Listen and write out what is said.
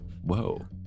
Whoa